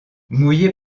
mouiller